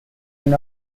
and